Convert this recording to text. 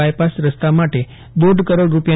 bypass રસ્તા માટે દોઢ કરોડ રૂા